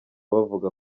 bavuga